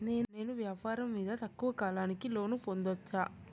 నేను వ్యాపారం మీద తక్కువ కాలానికి లోను పొందొచ్చా?